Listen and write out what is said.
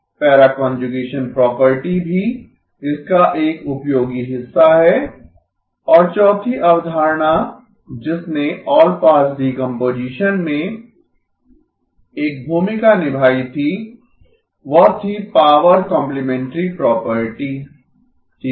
para conjugation property भी इसका एक उपयोगी हिस्सा है और चौथी अवधारणा जिसने ऑलपास डीकम्पोजीशन में एक भूमिका निभाई थी वह थी पॉवर कॉम्प्लिमेंटरी प्रॉपर्टी ठीक है